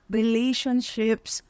relationships